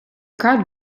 crowd